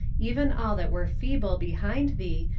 even all that were feeble behind thee,